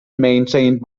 maintained